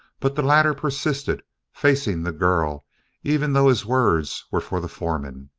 but the latter persisted facing the girl even though his words were for the foreman.